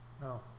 No